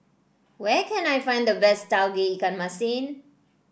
where can I find the best Tauge Ikan Masin